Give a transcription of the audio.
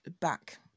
back